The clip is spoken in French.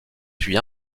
puis